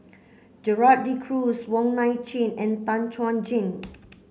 Gerald De Cruz Wong Nai Chin and Tan Chuan Jin